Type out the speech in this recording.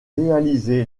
réalisé